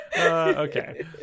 okay